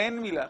אין מילה אחרת.